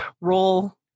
roll